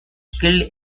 killed